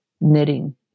knitting